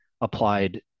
applied